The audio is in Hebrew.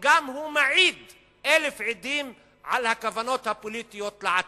והוא גם מעיד כאלף עדים על הכוונות הפוליטיות לעתיד.